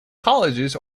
colleges